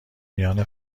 میان